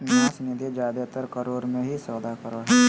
न्यास निधि जादेतर करोड़ मे ही सौदा करो हय